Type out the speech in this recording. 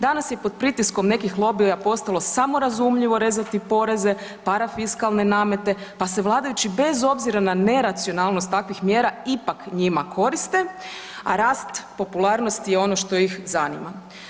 Danas je pod pritiskom nekih lobija postalo samo razumljivo rezati poreze, parafiskalne namete pa se vladajući bez obzira na neracionalnost takvih mjera ipak njima koriste, a rast popularnosti je ono što ih zanima.